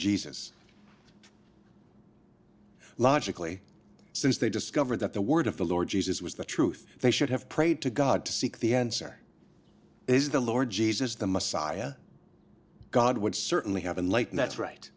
jesus logically since they discovered that the word of the lord jesus was the truth they should have prayed to god to seek the answer is the lord jesus the messiah god would certainly have been light and that's right